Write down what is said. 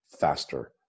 faster